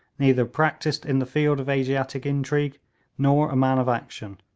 neither practised in the field of asiatic intrigue nor a man of action.